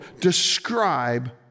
describe